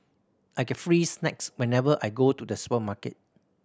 I get free snacks whenever I go to the supermarket